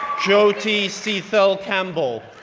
jyoti seethal campbell,